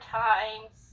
times